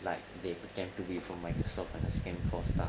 like they pretend to be from microsoft and the scan for stuff